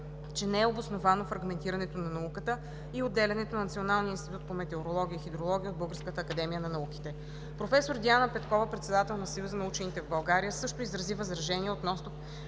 че не е обосновано фрагментирането на науката и отделянето на Националния институт по метеорология и хидрология от Българската академия на науките. Професор Диана Петкова – председател на Съюза на учените в България, също изрази възражения относно